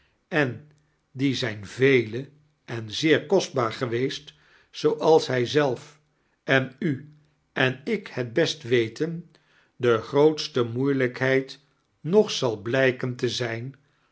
en die zijn vele ein zeeir kosttbaar gietweesit zooals hij zelf en u en ik het best weten de grootste moeilijkfaeid nog zal blijken te zijn